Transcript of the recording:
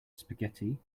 spaghetti